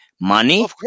money